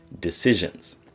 decisions